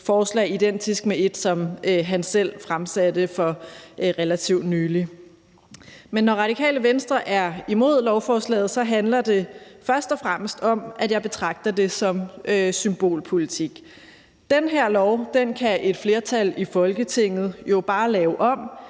et forslag identisk med et, som han selv fremsatte for relativt nylig. Men når Radikale Venstre er imod lovforslaget, handler det først og fremmest om, at jeg betragter det som symbolpolitik. Den her lov kan et flertal i Folketinget jo bare lave om,